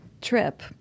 trip